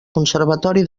conservatori